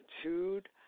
attitude